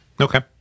Okay